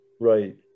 Right